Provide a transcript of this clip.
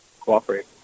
cooperate